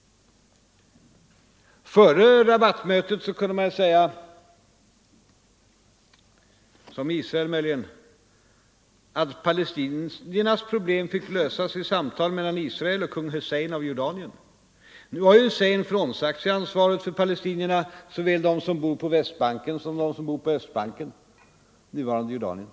Före Rabatmötet kunde man möjligen säga som Israel, att palestiniernas problem fick lösas vid samtal mellan Israel och kung Hussein av Jordanien. Nu har Hussein frånsagt sig ansvaret för palestinierna — såväl dem som bor på Västbanken som dem som bor på Östbanken, i nuvarande Jordanien.